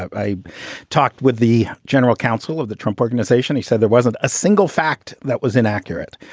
i talked with the general counsel of the trump organization. he said there wasn't a single fact that was in accurate.